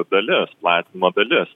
dalis platinimo dalis